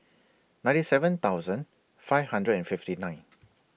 ninety seven thousand five hundred and fifty nine